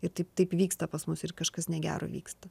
ir taip taip vyksta pas mus kažkas negero vyksta